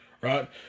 Right